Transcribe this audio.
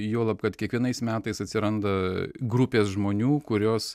juolab kad kiekvienais metais atsiranda grupės žmonių kurios